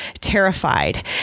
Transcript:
terrified